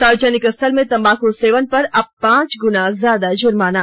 सार्वजनिक स्थल में तंबाकू सेवन पर अब पांच गुना ज्यादा जुर्माना